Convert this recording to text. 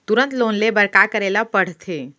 तुरंत लोन ले बर का करे ला पढ़थे?